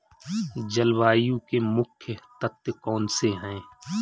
जलवायु के मुख्य तत्व कौनसे हैं?